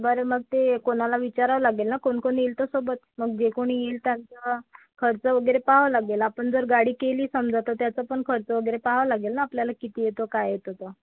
बरं मग ते कोणाला विचारावं लागेल ना कोण कोण येईल तसं बत मग जे कोणी येईल त्यांचं खर्च वगैरे पहावं लागेल आपण जर गाडी केली समजा तर त्याचा पण खर्च वगैरे पहावा लागेल ना आपल्याला किती येतो काय येतो तो